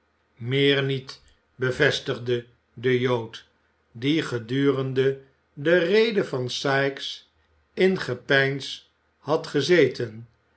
meer niet bevestigde de jood die gedurende de rede van sikes in gepeins had gezeten